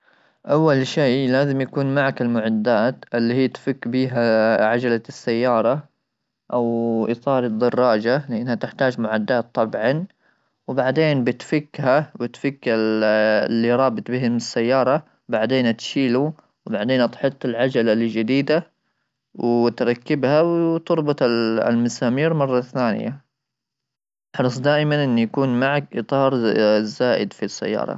اول شيء لازم يكون معك المعدات اللي هي تفك بها عجله السياره او اطار دراجه لانها تحتاج معدات ,طبعا وبعدين بتفك الرابط به السياره ,بعدين تشيله وبعدين تحط العجله الجديده وتركبها ,وتربط المسامير مره ثانيه حرص دائما ان يكون معك اطار زائد في السياره.